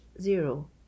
zero